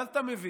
ואז אתה מבין